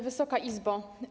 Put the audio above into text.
Wysoka Izbo!